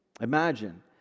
Imagine